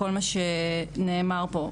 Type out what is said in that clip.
לכל מה שנאמר פה.